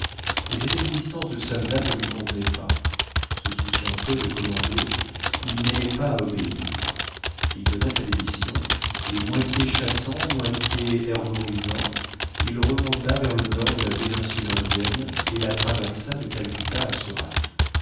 mais cette existence de soldat ne lui convenait pas se souciant peu de commander il n'aimait pas à obéir il donna sa démission et moitié chassant moitié herborisant il remonta vers le nord de la péninsule indienne et la traversa de calcutta